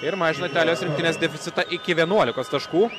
ir mažina italijos rinktinės deficitą iki vienuolikos taškų